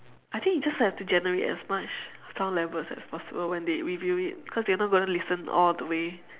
I think you just have to generate as much sound levels as possible when they review it cause they're not gonna listen all the way